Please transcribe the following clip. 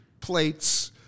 plates